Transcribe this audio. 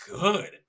good